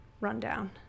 rundown